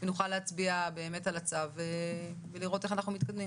כך שנוכל להצביע על הצו ולראות איך אנחנו מתקדמים.